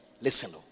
listen